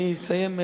אני אסיים.